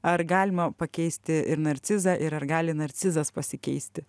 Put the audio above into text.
ar galima pakeisti ir narcizą ir ar gali narcizas pasikeisti